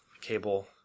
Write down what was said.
cable